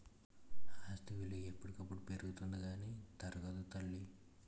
ఆస్తి విలువ ఎప్పటికప్పుడు పెరుగుతుంది కానీ తరగదు తల్లీ